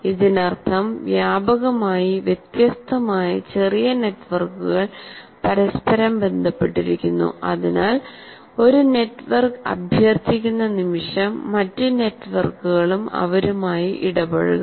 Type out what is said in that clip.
ഇതിനർത്ഥം വ്യാപകമായി വ്യത്യസ്തമായ ചെറിയ നെറ്റ്വർക്കുകൾ പരസ്പരം ബന്ധപ്പെട്ടിരിക്കുന്നു അതിനാൽ ഒരു നെറ്റ്വർക്ക് അഭ്യർത്ഥിക്കുന്ന നിമിഷം മറ്റ് നെറ്റ്വർക്കുകളും അവരുമായി ഇടപഴകുന്നു